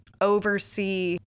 oversee